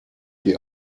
die